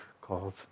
called